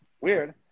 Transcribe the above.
weird